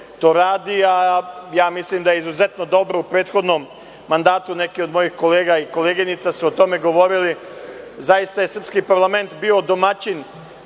to radi. Mislim da je izuzetno dobro u prethodnom mandatu, neke od mojih kolega i koleginica su o tome govorili, zaista je srpski parlament bio domaćin